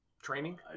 Training